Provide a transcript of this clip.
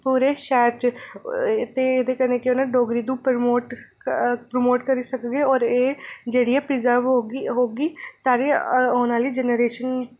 पूरे शैह्र च ते कन्नै केह् होना कि डोगरी तो प्रमोट पॅमोट करी सकदे कन्नै एह् जेह्ड़ी ऐ प्रिजर्व होई सकगी साढ़ी औने आह्ली जनरेशन